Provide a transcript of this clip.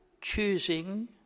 choosing